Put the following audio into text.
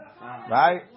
Right